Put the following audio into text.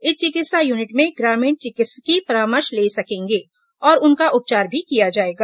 इस चिकित्सा यूनिट में ग्रामीण चिकित्सकीय परामर्श ले सकेंगे और उनका उपचार भी किया जाएगा